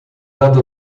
dando